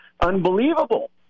unbelievable